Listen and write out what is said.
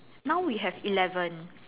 now we have eleven